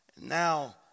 Now